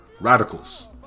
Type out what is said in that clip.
radicals